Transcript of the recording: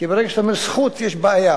כי ברגע שאתה אומר "זכות" יש בעיה.